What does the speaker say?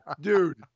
dude